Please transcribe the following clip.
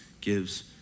gives